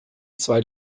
zwei